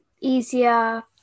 easier